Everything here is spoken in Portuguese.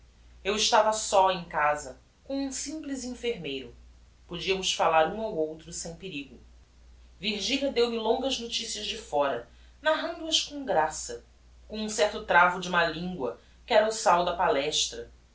eu estava só em casa com um simples enfermeiro podiamos fallar um ao outro sem perigo virgilia deu-me longas noticias de fóra narrando as com graça com um certo travo de má lingua que era o sal da palestra